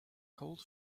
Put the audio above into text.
cold